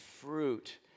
fruit